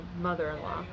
mother-in-law